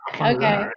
Okay